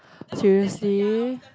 seriously